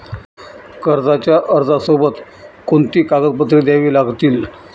कर्जाच्या अर्जासोबत कोणती कागदपत्रे द्यावी लागतील?